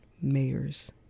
mayors